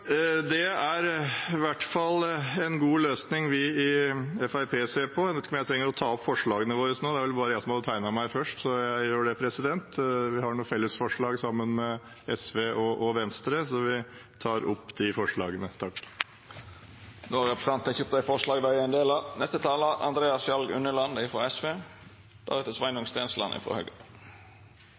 Det er i hvert fall en god løsning som vi i Fremskrittspartiet ser på. Jeg trenger kanskje å ta opp forslagene våre nå siden jeg har tegnet meg først, så jeg gjør det. Vi har noen fellesforslag sammen med SV og Venstre og ett sammen med SV. Jeg tar opp de forslagene. Da har representanten Tor André Johnsen teke opp dei forslaga han refererte til. La det